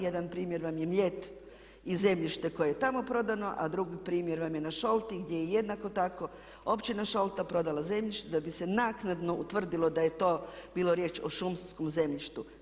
Jedan primjer vam je Mljet i zemljište koje je tamo prodano, a drugi primjer vam je na Šolti gdje je jednako tako Općina Šolta prodala zemljište da bi se naknadno utvrdilo da je to bilo riječ o šumskom zemljištu.